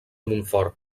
montfort